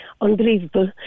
unbelievable